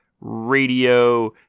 Radio